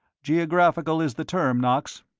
geographical is the term, knox.